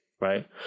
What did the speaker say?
Right